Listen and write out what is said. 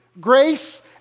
Grace